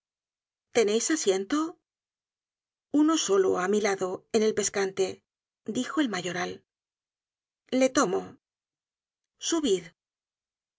un asiento uno solo á mi lado en el pescante dijo el mayoral le tomo subid